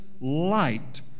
light